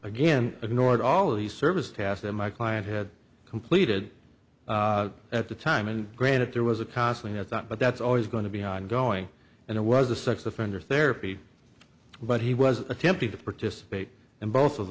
again ignored all of the service task that my client had completed at the time and granted there was a costly that's not but that's always going to be ongoing and it was a sex offender therapy but he was attempting to participate in both of